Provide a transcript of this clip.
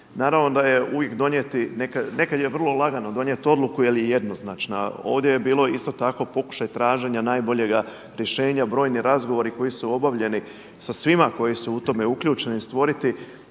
Naravno da je uvijek donijeti, nekad je vrlo lagano donijeti odluku jer je jednoznačna. Ovdje je bilo isto tako pokušaj traženja najboljega rješenja, brojni razgovori koji su obavljeni sa svima koji su u tome uključeni stvoriti